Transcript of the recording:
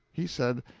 he said,